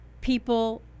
People